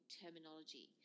terminology